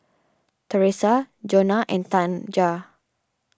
Teresa Jonna and Tanja